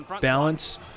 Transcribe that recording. balance